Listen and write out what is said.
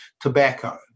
tobacco